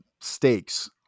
stakes